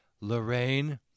Lorraine